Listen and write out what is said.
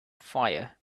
fire